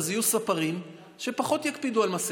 יהיו ספרים שפחות יקפידו על מסכה.